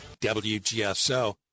WGSO